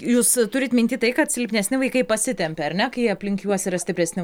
jūs turit minty tai kad silpnesni vaikai pasitempia ar ne kai aplink juos yra stipresni